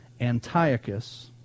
Antiochus